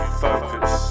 focus